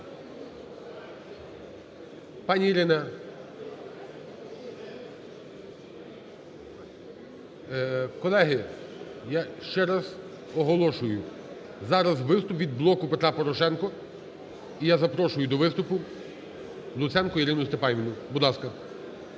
Пані Ірина. Колеги, я ще раз оголошую, зараз виступ від "Блоку Петра Порошенка". І я запрошую до виступу Луценко Ірину Степанівну, будь ласка.